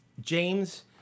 James